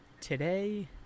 today